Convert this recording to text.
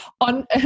on